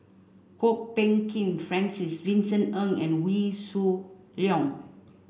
Kwok Peng Kin Francis Vincent Ng and Wee Shoo Leong